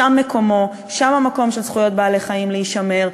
שם מקומו, שם המקום של זכויות בעלי-חיים להישמר.